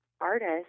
artist